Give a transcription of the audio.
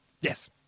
Yes